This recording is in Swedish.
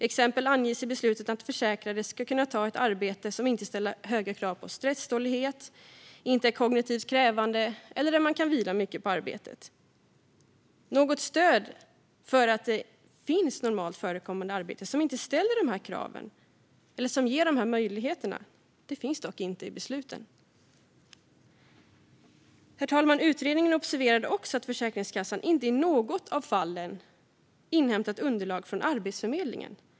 Exempelvis anges i besluten att den försäkrade ska kunna ta ett arbete som inte ställer höga krav på stresstålighet, inte är kognitivt krävande och där man kan vila mycket på arbetet. Något stöd för att det finns normalt förekommande arbeten som inte ställer dessa krav eller som ger dessa möjligheter finns dock inte i besluten. Herr talman! Utredningen observerade också att Försäkringskassan inte i något av fallen inhämtat underlag från Arbetsförmedlingen.